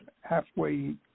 halfway